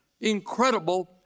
incredible